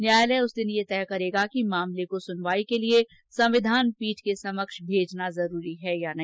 न्यायालय उस दिन यह तय करेगा कि मामले को सुनवाई के लिए संविधान पीठ के समक्ष भेजना जरूरी है या नहीं